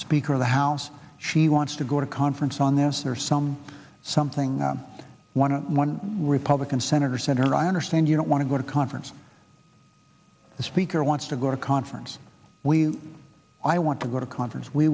speaker of the house she wants to go to conference on this or some something on one to one republican senator senator i understand you don't want to go to conference the speaker wants to go to conference we i want to go to conference we